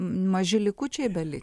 maži likučiai beli